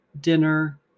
dinner